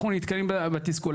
אנחנו נתקלים בתסכול.